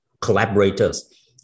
collaborators